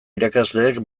irakasleek